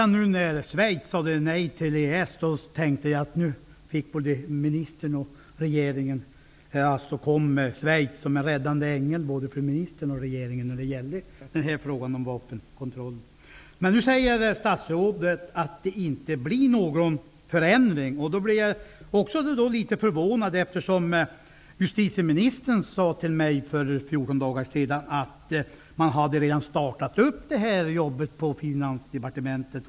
När Schweiz nu sade nej till EES tänkte jag att både ministern och regeringen såg Schweiz som en räddande ängel när det gäller frågan om vapenkontroll. Nu säger statsrådet att det inte blir någon förändring, och det gör mig litet förvånad. Justitieministern sade nämligen till mig för 14 dagar sedan att man redan hade startat ett arbete på Finansdepartementet.